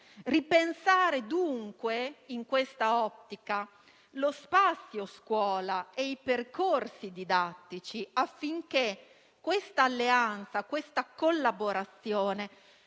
ripensare, dunque, in questa ottica lo spazio scuola e i percorsi didattici affinché questa alleanza e collaborazione